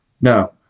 no